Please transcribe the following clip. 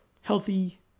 healthy